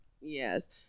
Yes